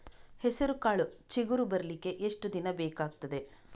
ಹೆಸರುಕಾಳು ಚಿಗುರು ಬರ್ಲಿಕ್ಕೆ ಎಷ್ಟು ದಿನ ಬೇಕಗ್ತಾದೆ?